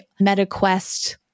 MetaQuest